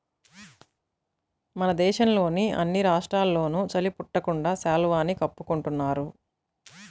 మన దేశంలోని అన్ని రాష్ట్రాల్లోనూ చలి పుట్టకుండా శాలువాని కప్పుకుంటున్నారు